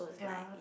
yeah